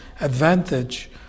advantage